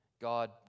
God